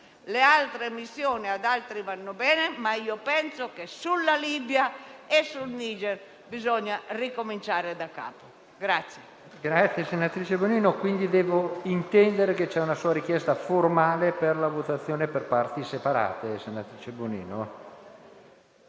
Le altre missione ad altri vanno bene, ma io penso che, sulla Libia e sul Niger, bisogna ricominciare da capo.